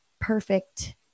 perfect